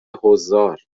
حضار